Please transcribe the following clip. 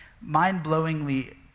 mind-blowingly